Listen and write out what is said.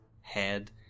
head